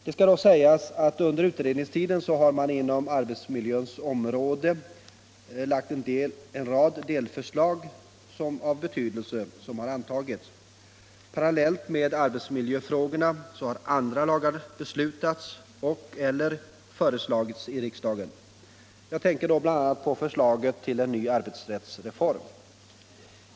Det skall då sägas att under utredningstiden har man inom arbetsmiljöns område lagt en rad delförslag av betydelse, som har antagits. Parallellt med arbetsmiljöfrågorna har andra lagar beslutats och/eller föreslagits i riksdagen. Jag tänker bl.a. på förslaget till en ny arbetsrättsreform.